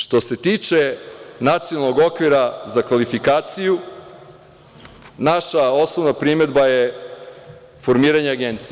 Što se tiče nacionalnog okvira za kvalifikaciju, naša osnovna primedba je formiranje agencije.